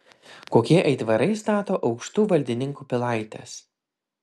kokie aitvarai stato aukštų valdininkų pilaites